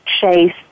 chase